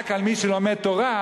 רק על מי שלומד תורה,